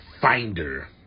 finder